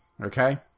okay